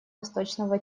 восточного